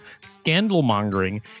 scandal-mongering